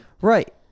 right